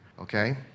okay